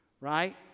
right